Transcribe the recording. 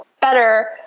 better